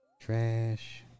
Trash